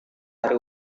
hari